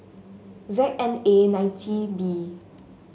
Z N A ninety B